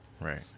Right